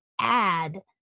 add